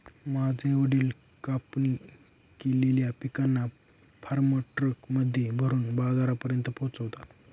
माझे वडील कापणी केलेल्या पिकांना फार्म ट्रक मध्ये भरून बाजारापर्यंत पोहोचवता